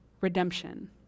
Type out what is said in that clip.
redemption